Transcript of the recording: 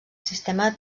sistema